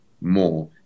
more